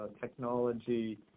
technology